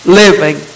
living